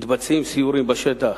מתבצעים סיורים בשטח